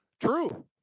true